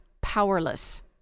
powerless